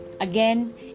again